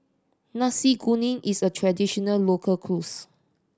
Nasi Kuning is a traditional local